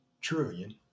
trillion